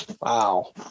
Wow